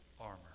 armor